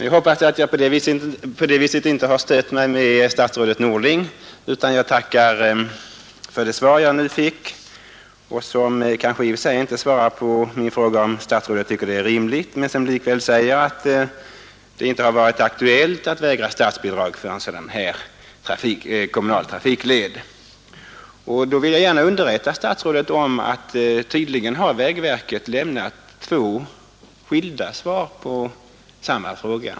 Jag hoppas att jag därmed inte har stött mig med statsrådet Norling, som jag tackar för det svar jag nu fått. Kommunikationsministern har väl inte direkt svarat på min fråga huruvida det är rimligt att vägra statsbidrag för viss trafikled, men herr Norling säger också att det inte har varit aktuellt att vägra statsbidrag för trafikled av ifrågavarande slag. Då vill jag emellertid gärna underrätta statsrådet om att vägverket tydligen har lämnat två skilda svar på samma fråga.